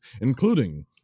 including